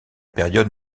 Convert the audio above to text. période